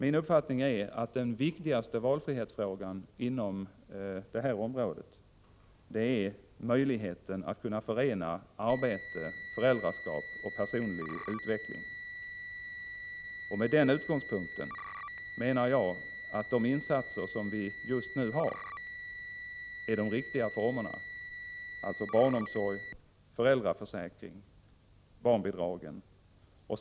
Min uppfattning är att den viktigaste valfrihetsfrågan inom detta område är möjligheten att kunna förena arbete, föräldraskap och personlig utveckling. Med den utgångspunkten menar jag att de insatser som nu finns är riktiga, dvs. barnomsorg, föräldraförsäkring, barnbidrag.